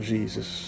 Jesus